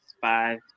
five